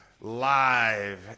live